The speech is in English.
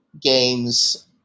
Games